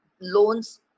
loans